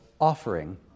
Offering